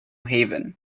haven